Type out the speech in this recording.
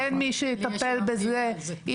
אין מי שיטפל בזה,